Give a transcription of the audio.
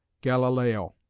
galileo,